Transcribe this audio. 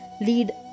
lead